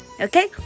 Okay